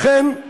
לכן אני